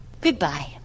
Goodbye